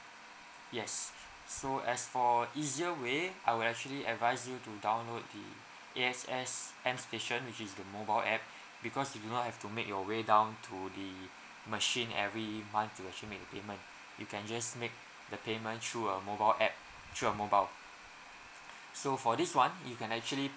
yes so as for easier way I would actually advice you to download the A X S m station which is the mobile app because you do not have to make your way down to the machine every month to actually make the payment you can just make the payment through a mobile app through your mobile so for this one you can actually